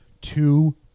two